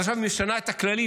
אז עכשיו היא משנה את הכללים,